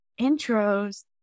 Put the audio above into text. intros